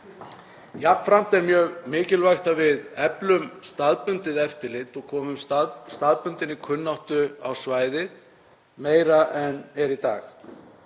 Jafnframt er mjög mikilvægt að við eflum staðbundið eftirlit og komum staðbundinni kunnáttu á svæðið meira en gert er í dag.